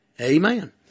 Amen